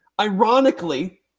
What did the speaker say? ironically